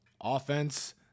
Offense